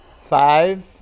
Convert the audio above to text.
five